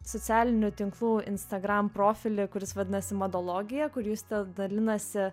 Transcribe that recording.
socialinių tinklų instagram profilį kuris vadinasi madologija kur justė dalinasi